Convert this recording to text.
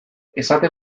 esate